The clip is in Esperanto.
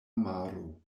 maro